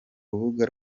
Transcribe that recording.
rubuga